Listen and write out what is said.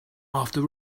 after